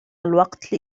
الوقت